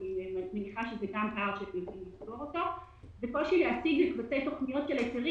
יש קושי להציג פרטי תוכניות של היתרים